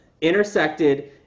intersected